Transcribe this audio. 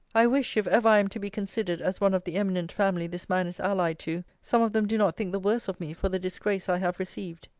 i wish, if ever i am to be considered as one of the eminent family this man is allied to, some of them do not think the worse of me for the disgrace i have received.